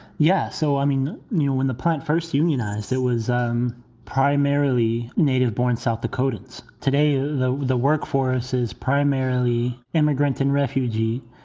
yeah. so, i mean, i knew when the plant first unionized, it was um primarily native born south dakotans. today, though, the workforce is primarily immigrant and refugee.